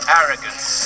arrogance